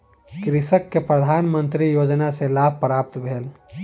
कृषक के प्रधान मंत्री किसान योजना सॅ लाभ प्राप्त भेल